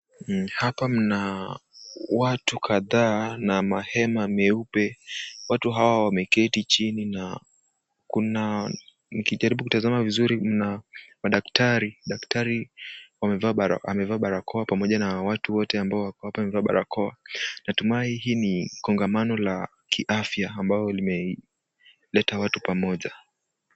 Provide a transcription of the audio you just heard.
Hapa mna watu kadhaa na mahema meupe. Watu hawa wameketi chini na kuna nikijaribu kutazama vizuri mna madaktari. Daktari amevaa barakoa pamoja na watu wote ambao wako hapa wamevaa barakoa. natumai hii ni kongamano la kiafya ambao limeleta watu pamoja.